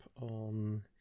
on